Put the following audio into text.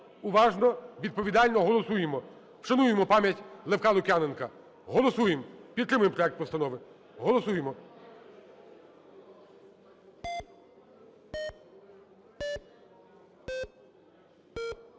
уважно, відповідально голосуємо. Вшануємо пам'ять Левка Лук'яненка. Голосуємо. Підтримуємо проект постанови. Голосуємо.